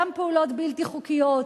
גם פעולות בלתי חוקיות,